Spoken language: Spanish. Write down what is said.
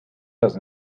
las